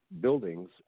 buildings